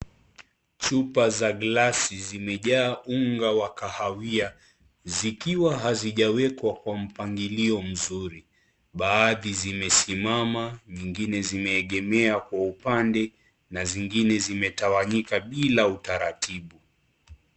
Chupa za glesi zimejaa unga wa kahawia zikiwa hazijawekwa kwa mpangilio mzuri, baadhi zimesimama nyingine zimeegemea kwa upande na zingine zimetawanyika bila utaratibu.